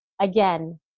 again